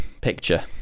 picture